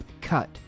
cut